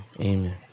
Amen